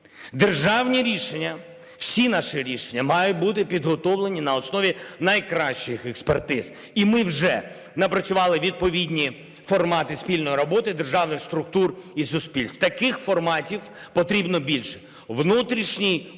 Державні рішення, всі наші рішення мають бути підготовлені на основі найкращих експертиз. І ми вже напрацювали відповідні формати спільної роботи державних структур і суспільств. Таких форматів потрібно більше. Внутрішній план